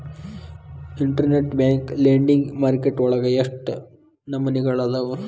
Internet bank lending market ವಳಗ ಎಷ್ಟ್ ನಮನಿಅದಾವು?